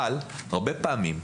אבל הרבה פעמים,